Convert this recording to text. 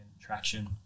Traction